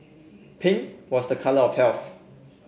pink was the colour of health